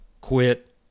quit